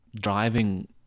driving